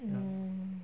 mm